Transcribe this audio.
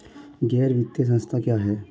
गैर वित्तीय संस्था क्या है?